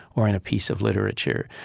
or in a piece of literature.